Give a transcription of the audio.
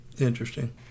Interesting